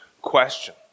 question